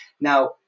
now